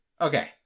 Okay